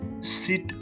sit